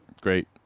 Great